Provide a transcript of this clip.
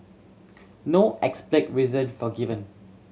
no explicit reason for given